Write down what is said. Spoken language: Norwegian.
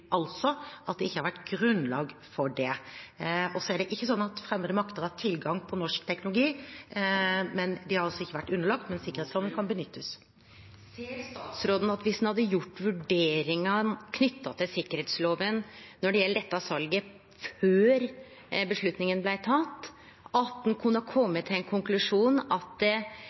altså at det ikke har vært grunnlag for det. Det er ikke slik at fremmede makter har hatt tilgang på norsk teknologi. De har altså ikke vært underlagt sikkerhetsloven, men den kan benyttes Ser statsråden at viss ein hadde gjort vurderingane knytte til sikkerheitsloven når det gjeld dette salet, før avgjerda blei teken, så kunne ein ha kome til ein konklusjon om at det